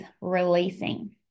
releasing